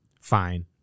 Fine